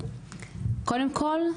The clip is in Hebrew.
קודם כל,